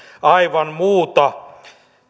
aivan muuta